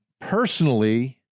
personally